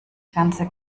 ganze